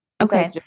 Okay